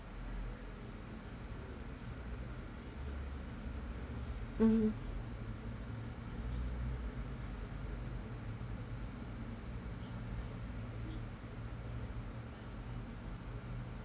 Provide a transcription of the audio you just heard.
mmhmm